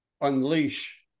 unleash